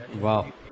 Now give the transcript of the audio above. wow